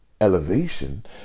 elevation